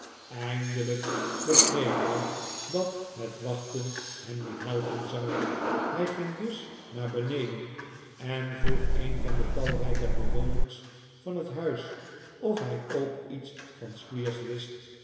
eindelijk begreep hij dat het wachten hem niet helpen zou hij ging dus naar beneden en vroeg een van de talrijke bewoners van het huis of hij ook iets van squeers wist